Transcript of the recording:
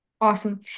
awesome